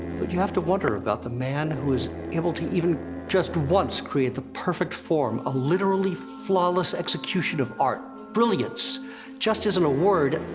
but you have to wonder about the man who is able to even just once, create the perfect form, a literally flawless execution of art. brilliance just isn't a word,